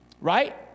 right